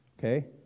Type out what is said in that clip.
okay